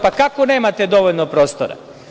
Pa kako nemate dovoljno prostora?